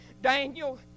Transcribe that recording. Daniel